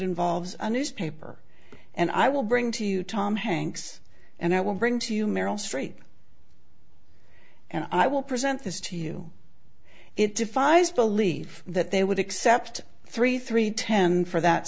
involves a newspaper and i will bring to you tom hanks and i will bring to you meryl streep and i will present this to you it defies belief that they would accept three three ten for that